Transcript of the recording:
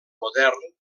modern